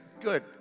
good